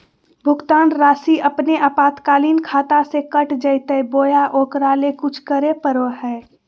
भुक्तान रासि अपने आपातकालीन खाता से कट जैतैय बोया ओकरा ले कुछ करे परो है?